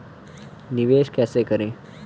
निवेश कैसे करें?